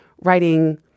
writing